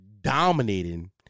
dominating